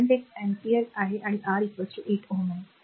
current एक ampere आहे आणि R 8 आहे